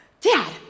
Dad